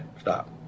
Stop